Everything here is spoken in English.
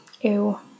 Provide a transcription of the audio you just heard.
Ew